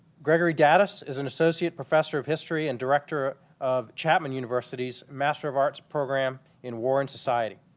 gregory daddis is an associate professor of history and director of chapman university's master of arts program in war and society,